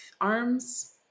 arms